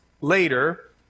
later